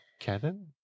Kevin